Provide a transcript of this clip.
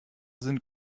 sind